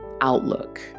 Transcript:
outlook